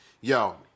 Yo